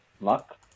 luck